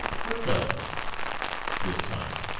what fellow this time?